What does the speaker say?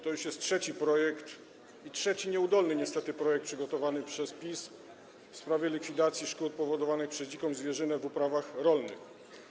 To już jest trzeci projekt, niestety trzeci nieudolny projekt przygotowany przez PiS w sprawie likwidacji szkód powodowanych przez dziką zwierzynę w uprawach rolnych.